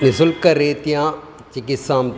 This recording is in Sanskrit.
निश्शुल्करीत्या चिकित्साम्